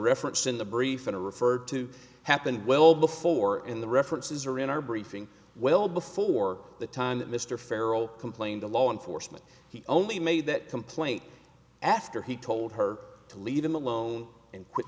referenced in the briefing referred to happened well before in the references or in our briefing well before the time that mr farrow complained to law enforcement he only made that complaint after he told her to leave him alone and